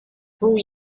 two